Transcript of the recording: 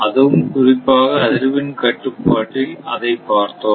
அதுவும் குறிப்பாக அதிர்வெண் கட்டுப்பாட்டில் அதை பார்த்தோம்